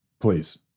please